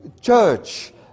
church